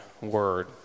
word